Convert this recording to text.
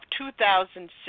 2006